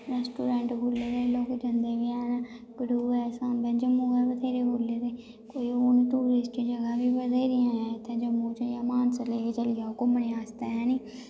restaurant खुल्ले दे न लोग जंदे बी हैन कठुऐ सांबे जम्मू बत्थेरे खुल्ले दे कोई हून टूरिस्ट जगह् बी बत्थेरियां ऐ इत्थै जम्मू च मानसरै गी गै चली जाओ घूमने आस्तै हैनी